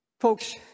Folks